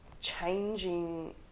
changing